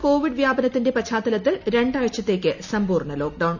ബിഹാറിൽ കോവിഡ് വ്യാപനത്തിന്റെ പശ്ചാത്തലത്തിൽ രണ്ടാഴ്ചത്തേക്ക് സമ്പൂർണ ലോക്ഡൌൺ